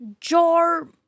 jar